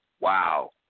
Wow